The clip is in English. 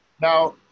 Now